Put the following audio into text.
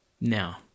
Now